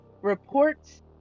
reports